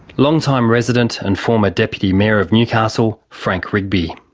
long-time resident and former deputy mayor of newcastle, frank rigby.